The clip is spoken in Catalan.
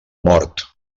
mort